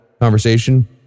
conversation